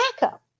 backup